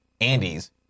Andy's